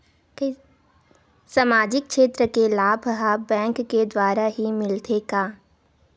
सामाजिक क्षेत्र के लाभ हा बैंक के द्वारा ही मिलथे का?